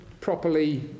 properly